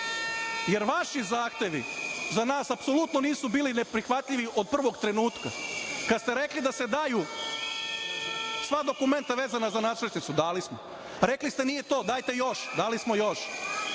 jer vaši zahtevi za nas apsolutno nisu bili neprihvatljivi od prvog trenutka. Kada ste rekli da se daju sva dokumenta vezana za nastrešnicu, dali smo. Rekli ste – nije to, dajte još, dali smo još.